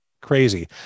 crazy